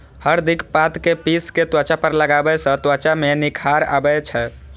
हरदिक पात कें पीस कें त्वचा पर लगाबै सं त्वचा मे निखार आबै छै